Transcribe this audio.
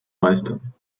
meistern